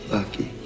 Lucky